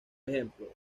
ejemplo